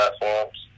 platforms